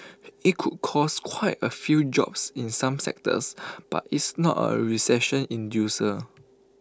IT could cost quite A few jobs in some sectors but it's not A recession inducer